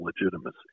legitimacy